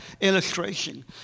illustration